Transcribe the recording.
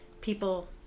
people